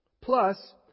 plus